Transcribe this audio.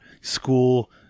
school